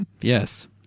Yes